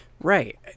Right